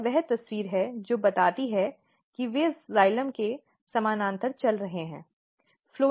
यह वह तस्वीर है जो बताती है कि वे जाइलम के समानांतर चल रहे हैं